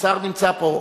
השר נמצא פה.